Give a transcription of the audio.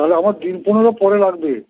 তাহলে আমার দিন পনের পরে লাগবে